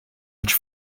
much